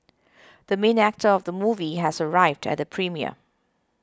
the main actor of the movie has arrived at the premiere